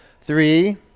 Three